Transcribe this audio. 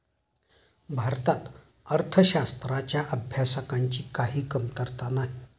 भारतात अर्थशास्त्राच्या अभ्यासकांची काही कमतरता नाही